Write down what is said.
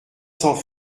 cents